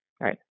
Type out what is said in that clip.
right